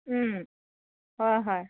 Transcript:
হয় হয়